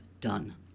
done